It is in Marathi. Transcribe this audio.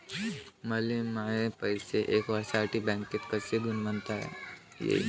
मले माये पैसे एक वर्षासाठी बँकेत कसे गुंतवता येईन?